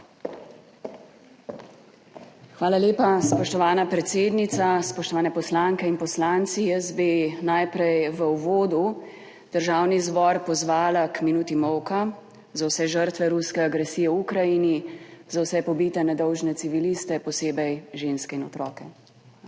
Hvala lepa, spoštovana predsednica. Spoštovane poslanke in poslanci. Jaz bi najprej v uvodu Državni zbor pozvala k minuti molka za vse žrtve ruske agresije v Ukrajini, za vse pobite nedolžne civiliste, posebej ženske in otroke.